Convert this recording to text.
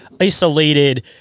isolated